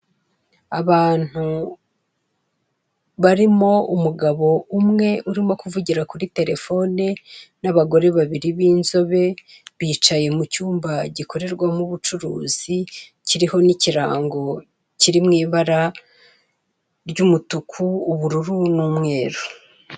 Abantu barimo umugabo umwe urimo kuvugira kuri telefone, n'abagore babiri b'inzobe, bicaye mu cyumba gikorerwaho ubucuruzi, kiriho n'ikirango kiri mu ibara ry'umutuku ubururu n'umweru.